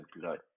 blood